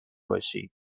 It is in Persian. باشی